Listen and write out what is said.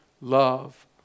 love